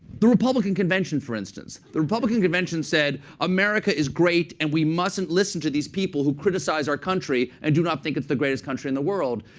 the republican convention, for instance. the republican convention said, america is great. and we mustn't listen to these people who criticize our country and do not think it's the greatest country in the world.